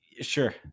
Sure